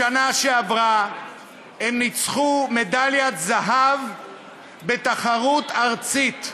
בשנה שעברה הם זכו במדליית זהב בתחרות ארצית,